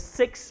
six